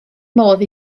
modd